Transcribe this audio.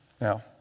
Now